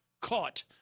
caught